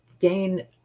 gain